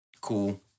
cool